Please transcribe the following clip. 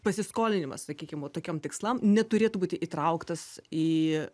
pasiskolinimas sakykim va tokiom tikslam neturėtų būti įtrauktas į